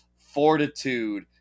fortitude